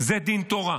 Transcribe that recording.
זה דין תורה.